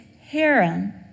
harem